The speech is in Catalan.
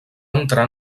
entrar